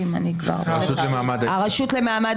ביטול הרשות למעמד